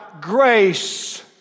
grace